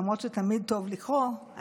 למרות שתמיד טוב לקרוא,